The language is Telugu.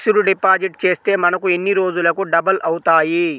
ఫిక్సడ్ డిపాజిట్ చేస్తే మనకు ఎన్ని రోజులకు డబల్ అవుతాయి?